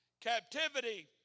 Captivity